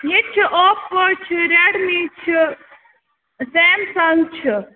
ییٚتہِ چھُ اوپو چھُ ریٚڈمی چھُ سیمسَنٛگ چھُ